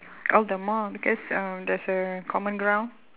all the more because uh there's a common ground